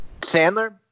Sandler